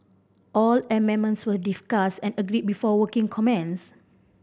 all amendments were discussed and agreed before working commenced